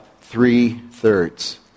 three-thirds